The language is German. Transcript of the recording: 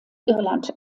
irland